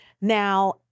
Now